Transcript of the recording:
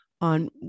on